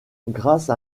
grâce